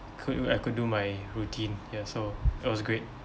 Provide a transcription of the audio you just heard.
could do I could do my routine ya so it was great